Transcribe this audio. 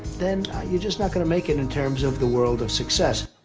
then, ah, you're just not gonna make it in terms of the world of success.